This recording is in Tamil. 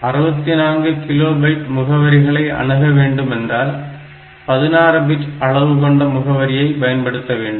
64 கிலோ பைட் முகவரிகளை அணுக வேண்டும் என்றால் 16 பிட் அளவு கொண்ட முகவரியை பயன்படுத்த வேண்டும்